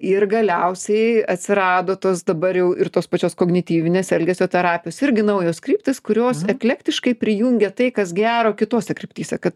ir galiausiai atsirado tos dabar jau ir tos pačios kognityvinės elgesio terapijos irgi naujos kryptys kurios eklektiškai prijungia tai kas gero kitose kryptyse kad